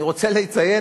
אני רוצה לציין,